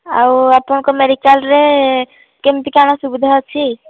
ଆଉ ଆପଣଙ୍କ ମେଡିକାଲରେ କେମିତି କ'ଣ ସୁବିଧା ଅଛି